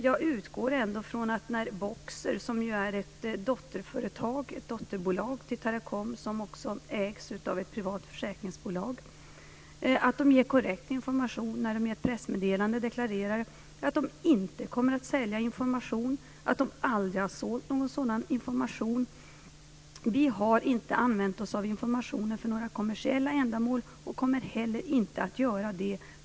Jag utgår från att Boxer, som ju är ett dotterbolag till Teracom, som också ägs av ett privat försäkringsbolag, ger korrekt information när de i ett pressmeddelande deklarerar att de inte kommer att sälja information och att de aldrig har sålt någon sådan information. Vi har inte använt oss av informationen för några kommersiella ändamål och kommer heller inte att göra det.